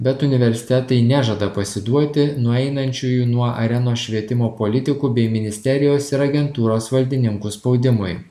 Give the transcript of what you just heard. bet universitetai nežada pasiduoti nueinančiųjų nuo arenos švietimo politikų bei ministerijos ir agentūros valdininkų spaudimui